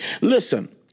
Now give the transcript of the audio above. Listen